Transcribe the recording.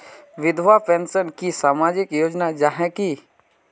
विधवा पेंशन की सामाजिक योजना जाहा की?